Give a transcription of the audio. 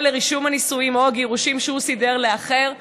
או לרישום הנישואין או הגירושין שהוא סידר לאחר,